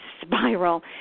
spiral